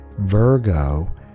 Virgo